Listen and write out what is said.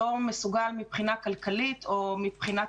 לא מסוגל מבחינה כלכלית או מבחינת